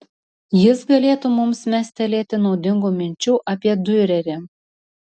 jis galėtų mums mestelėti naudingų minčių apie diurerį